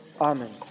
Amen